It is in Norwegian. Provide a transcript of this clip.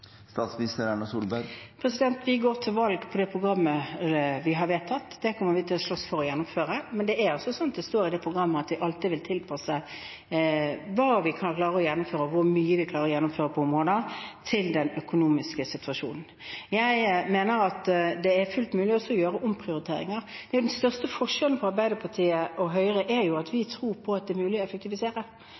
Vi går til valg på det programmet vi har vedtatt, og det kommer vi til å slåss for å gjennomføre. Men det er slik at det står i det programmet at vi alltid vil tilpasse hva og hvor mye vi klarer å gjennomføre på ulike områder, til den økonomiske situasjonen. Jeg mener det er fullt mulig å gjøre omprioriteringer. Den største forskjellen på Arbeiderpartiet og Høyre er jo at vi tror på at det er mulig å effektivisere,